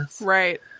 Right